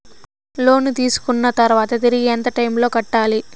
లోను తీసుకున్న తర్వాత తిరిగి ఎంత టైములో కట్టాలి